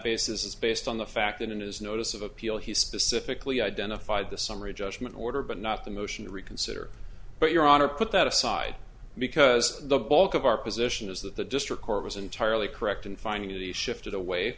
basis is based on the fact that it is notice of appeal he specifically identified the summary judgment order but not the motion to reconsider but your honor put that aside because the bulk of our position is that the district court was entirely correct in finding the shifted away